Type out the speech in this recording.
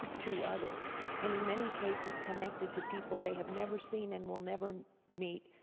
to others and in many cases connected to people they have never seen and will never meet,